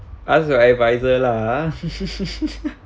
ask your adviser lah ah